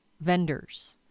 vendors